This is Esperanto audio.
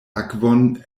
akvon